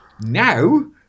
now